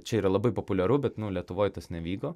čia yra labai populiaru bet nu lietuvoj tas nevyko